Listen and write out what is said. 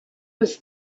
was